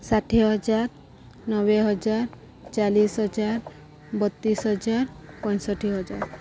ଷାଠିଏ ହଜାର ନବେ ହଜାର ଚାଲିଶ ହଜାର ବତିଶ ହଜାର ପଞ୍ଚଷଠି ହଜାର